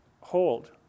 hold